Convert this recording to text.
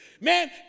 Man